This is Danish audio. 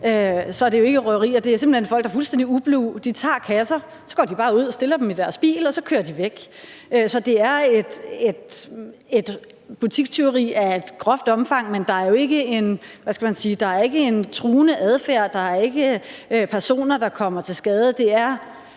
taler vi jo ikke om røverier, men om folk, der fuldstændig ublu tager kasser og går ud og stiller dem i deres bil, og så kører de væk. Så det er butikstyveri af en grov karakter, men der er jo ikke en truende adfærd, der er ikke personer, der kommer til skade,